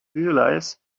realize